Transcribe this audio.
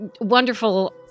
wonderful